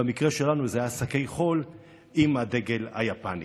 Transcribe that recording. ובמקרה שלנו אלה היו שקי חול עם הדגל היפני.